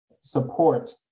support